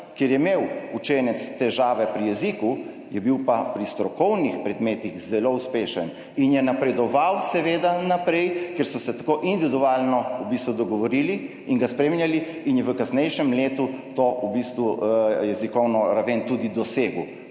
kjer je imel učenec težave pri jeziku, je bil pa pri strokovnih predmetih zelo uspešen in je napredoval, seveda, ker so se tako individualno dogovorili in ga spremljali, in je v kasnejšem letu to jezikovno raven tudi dosegel.